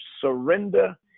surrender